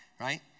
right